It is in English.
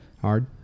Hard